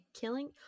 killing